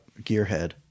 gearhead